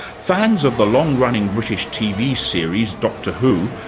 fans of the long-running british tv series, doctor who,